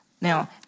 Now